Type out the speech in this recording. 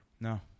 No